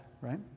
right